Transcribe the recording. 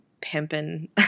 pimping